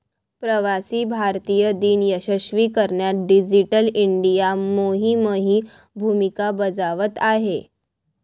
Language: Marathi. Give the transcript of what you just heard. प्रवासी भारतीय दिन यशस्वी करण्यात डिजिटल इंडिया मोहीमही भूमिका बजावत आहे